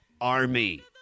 Army